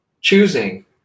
choosing